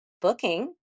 booking